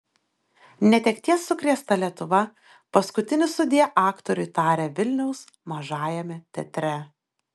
netekties sukrėsta lietuva paskutinį sudie aktoriui tarė vilniaus mažajame teatre